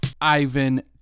ivan